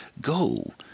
goal